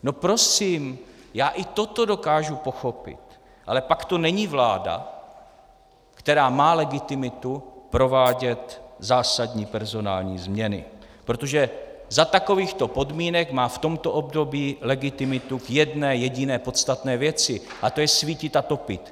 No prosím, já i toto dokážu pochopit, ale pak to není vláda, která má legitimitu provádět zásadní personální změny, protože za takovýchto podmínek má v tomto období legitimitu k jedné jediné podstatné věci, a to je svítit a topit.